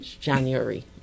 January